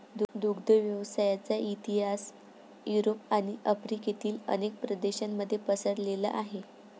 दुग्ध व्यवसायाचा इतिहास युरोप आणि आफ्रिकेतील अनेक प्रदेशांमध्ये पसरलेला आहे